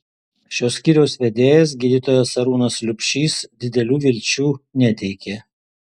šio skyriaus vedėjas gydytojas arūnas liubšys didelių vilčių neteikė